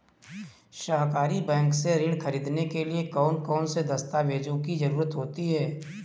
सहकारी बैंक से ऋण ख़रीदने के लिए कौन कौन से दस्तावेजों की ज़रुरत होती है?